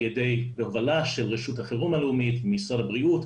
ידי הובלה של רשות החירום הלאומית ומשרד הבריאות,